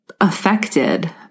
affected